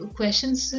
questions